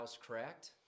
Cracked